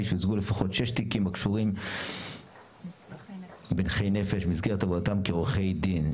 שייצגו לפחות שישה תיקים הקשורים בנכי נפש במסגרת עבודתם כעורכי דין".